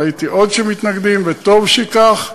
ראיתי עוד שמתנגדים, וטוב שכך.